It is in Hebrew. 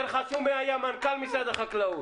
יותר חשוב מי היה אז מנכ"ל משרד החקלאות.